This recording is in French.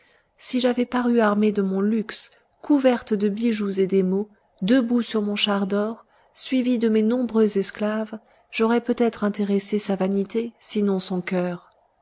si j'avais paru armée de mon luxe couverte de bijoux et d'émaux debout sur mon char d'or suivie de mes nombreux esclaves j'aurais peut-être intéressé sa vanité sinon son cœur